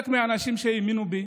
חלק מהאנשים שהאמינו בי